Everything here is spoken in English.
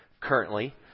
currently